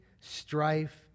strife